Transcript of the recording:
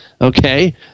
okay